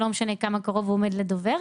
לא משנה כמה קרוב הוא עומד לדובר,